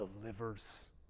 delivers